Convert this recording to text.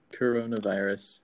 coronavirus